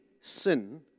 sin